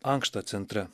ankšta centre